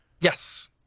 Yes